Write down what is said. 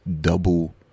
double